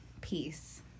peace